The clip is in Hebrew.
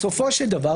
בסופו של דבר,